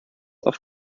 auf